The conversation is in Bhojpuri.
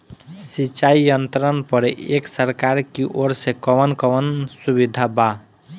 सिंचाई यंत्रन पर एक सरकार की ओर से कवन कवन सुविधा बा?